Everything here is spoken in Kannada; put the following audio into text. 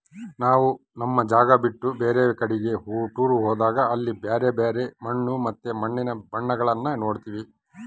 ನಾವು ನಮ್ಮ ಜಾಗ ಬಿಟ್ಟು ಬೇರೆ ಕಡಿಗೆ ಟೂರ್ ಹೋದಾಗ ಅಲ್ಲಿ ಬ್ಯರೆ ಬ್ಯರೆ ಮಣ್ಣು ಮತ್ತೆ ಮಣ್ಣಿನ ಬಣ್ಣಗಳನ್ನ ನೋಡ್ತವಿ